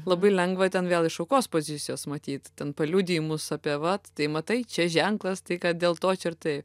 labai lengva ten vėl iš aukos pozicijos matyt ten paliudijimus apie vat tai matai čia ženklas tai ką dėl to čia ir tai